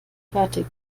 fertig